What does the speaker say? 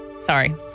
Sorry